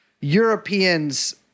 Europeans